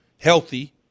healthy